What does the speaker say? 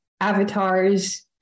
avatars